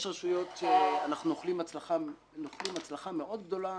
יש רשויות שאנחנו נוחלים הצלחה מאוד גדולה